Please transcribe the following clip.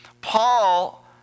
Paul